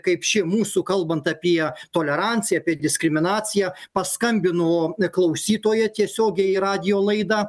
kaip ši mūsų kalbant apie toleranciją apie diskriminaciją paskambino klausytoja tiesiogiai į radijo laidą